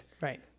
Right